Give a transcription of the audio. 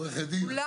כולם